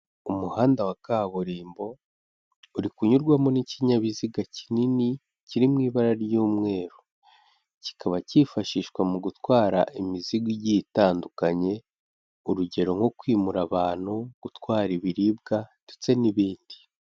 Umuhanda wa kaburimbo uri kunyurwamo n'ikinyabiziga kinini kiri mu ibara ry'umweru kikaba cyifashishwa mu gutwara imizigo igiye itandukanye, urugero nko kwimura abantu gutwara ibiribwa ndetse n'ibindi.